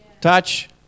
Touch